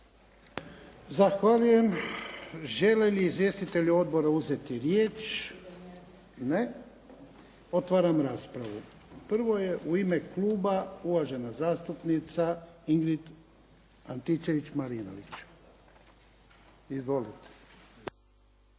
Zahvaljujem. Žele li izvjestitelji odbora uzeti riječ? Ne. Otvaram raspravu. Prvo je u ime kluba uvažena zastupnica Ingrid Antičević Marinović. Izvolite.